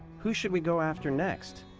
who should we go after next?